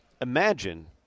imagine